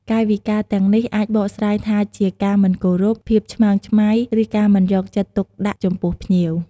កាយវិការទាំងនេះអាចបកស្រាយថាជា ការមិនគោរព ភាពឆ្មើងឆ្មៃ ឬការមិនយកចិត្តទុកដាក់ចំពោះភ្ញៀវ។